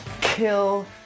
kill